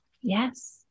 yes